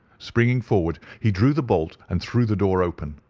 springing forward he drew the bolt and threw the door open.